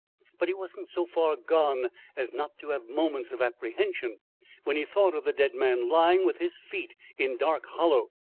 but he wasn't so far gone as not to have moments of apprehension when he thought of the dead man lying with his feet in dark hollow,